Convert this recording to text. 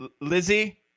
Lizzie